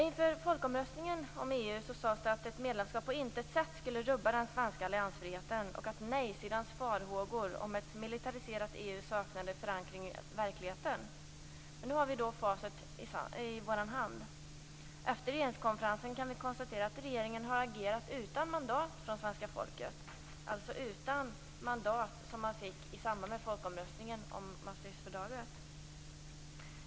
Inför folkomröstningen om EU sades det att ett medlemskap på intet sätt skulle rubba den svenska alliansfriheten och att nej-sidans farhågor om ett militariserat EU saknade förankring i verkligheten. Nu har vi facit i handen. Efter regeringskonferensen kan vi konstatera att regeringen har agerat utan mandat från svenska folket, dvs. utan det mandat regeringen fick i samband med folkomröstningen om Maastrichtfördraget.